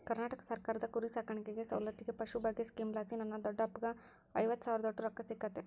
ಕರ್ನಾಟಕ ಸರ್ಕಾರದ ಕುರಿಸಾಕಾಣಿಕೆ ಸೌಲತ್ತಿಗೆ ಪಶುಭಾಗ್ಯ ಸ್ಕೀಮಲಾಸಿ ನನ್ನ ದೊಡ್ಡಪ್ಪಗ್ಗ ಐವತ್ತು ಸಾವಿರದೋಟು ರೊಕ್ಕ ಸಿಕ್ಕತೆ